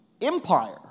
empire